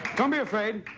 don't be afraid.